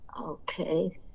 okay